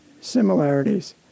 similarities